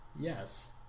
Yes